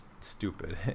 stupid